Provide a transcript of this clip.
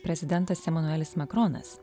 prezidentas emanuelis makronas